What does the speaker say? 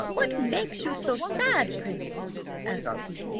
what makes you so sad, prince asked he.